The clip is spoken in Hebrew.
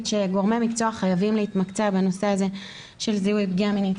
שגורמי המקצוע חייבים להתמקצע בנושא הזה של זיהוי פגיעה מינית.